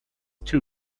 too